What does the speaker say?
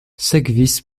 sekvis